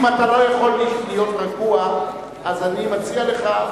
אם אתה לא יכול להיות רגוע אז אני מציע לך